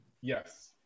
Yes